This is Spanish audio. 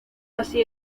así